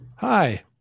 Hi